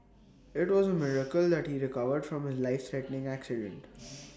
IT was A miracle that he recovered from his life threatening accident